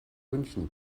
münchen